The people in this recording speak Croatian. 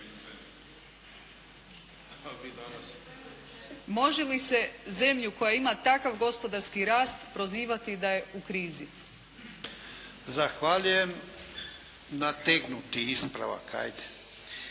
Može li se zemlju koja ima takav gospodarski rast prozivati da je u krizi? **Jarnjak, Ivan (HDZ)** Zahvaljujem. Nategnuti ispravak ajde.